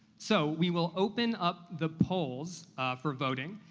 so, we will open up the polls for voting.